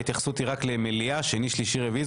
ההתייחסות היא רק למליאה שני שלישי רביעי,